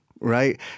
right